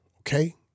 okay